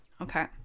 Okay